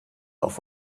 auf